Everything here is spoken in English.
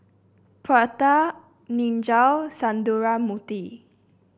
Pratap Niraj Sundramoorthy